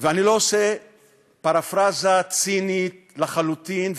ואני לא עושה פרפרזה צינית לחלוטין,